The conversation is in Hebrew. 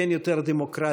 אין יותר דמוקרטיה,